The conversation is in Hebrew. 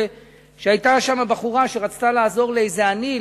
כשהיתה שם בחורה שרצתה לעזור לאיזה עני,